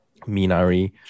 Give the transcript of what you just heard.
Minari